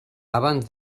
abans